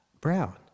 Brown